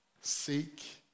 seek